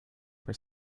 for